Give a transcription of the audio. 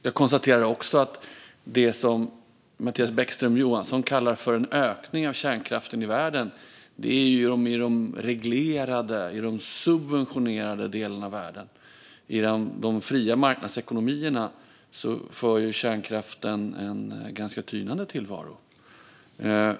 Jag konstaterar också att det som Mattias Bäckström Johansson kallar för en ökning av kärnkraften i världen sker i de reglerade, subventionerade delarna av världen. I de fria marknadsekonomierna för kärnkraften en ganska tynande tillvaro.